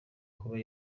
kuba